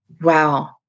Wow